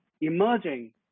emerging